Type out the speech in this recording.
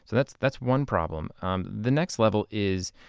so that's that's one problem. um the next level is,